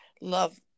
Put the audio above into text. love